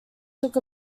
took